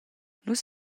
nus